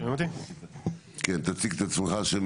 נתנאל לפידות.